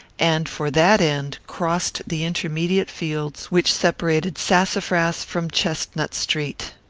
and, for that end, crossed the intermediate fields which separated sassafras from chestnut street.